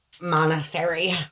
Monastery